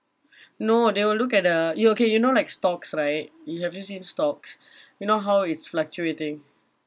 no they will look at the you okay you know like stocks right you have you seen stocks you know how it's fluctuating